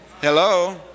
Hello